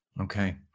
Okay